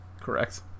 Correct